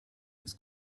his